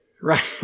Right